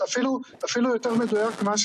הינני מתכבדת להודיעכם,